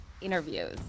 interviews